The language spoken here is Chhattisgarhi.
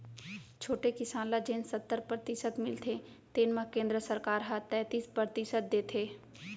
छोटे किसान ल जेन सत्तर परतिसत मिलथे तेन म केंद्र सरकार ह तैतीस परतिसत देथे